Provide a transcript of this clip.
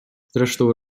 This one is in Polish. zresztą